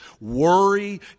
Worry